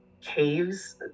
caves